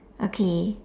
okay